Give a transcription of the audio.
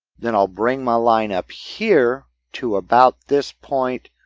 then i'll bring my line up here to about this point.